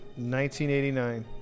1989